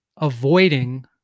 avoiding